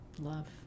Love